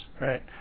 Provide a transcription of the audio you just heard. right